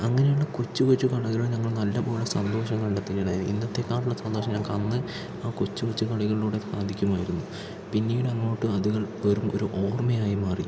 അങ്ങനെയുള്ള കൊച്ച് കൊച്ച് കളികൾ ഞങ്ങൾ നല്ലപോലെ സന്തോഷം കണ്ടെത്തിയിട്ടുണ്ടായിരുന്നു ഇന്നത്തെ കാലത്ത് ഉള്ള സന്തോഷം ഞങ്ങൾക്കന്ന് ആ കൊച്ച് കൊച്ച് കളികളിലൂടെ സാധിക്കുമായിരുന്നു പിന്നീട് അങ്ങോട്ട് അതുകൾ വെറും ഒരു ഓർമ്മയായി മാറി